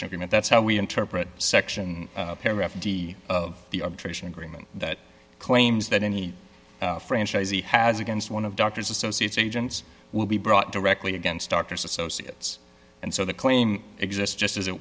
agreement that's how we interpret section paragraph d of the arbitration agreement that claims that any franchisee has against one of doctors associates agents will be brought directly against doctors associates and so the claim exists just as it